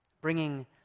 bringing